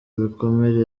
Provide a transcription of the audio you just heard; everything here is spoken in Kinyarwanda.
bikomere